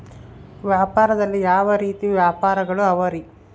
ವ್ಯಾಪಾರದಲ್ಲಿ ಯಾವ ರೇತಿ ವ್ಯಾಪಾರಗಳು ಅವರಿ?